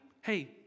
Hey